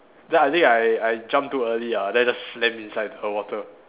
then I think I I jump too early ah then I just land inside the water